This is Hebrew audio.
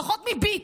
פחות מ"ביט".